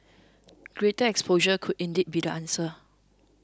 greater exposure could indeed be the answer